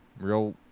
real